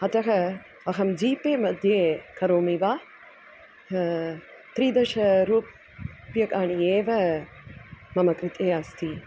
अतः अहं जीपे मध्ये करोमि वा त्रिदशरूप्यकाणि एव मम कृते अस्ति